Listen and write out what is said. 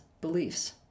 beliefs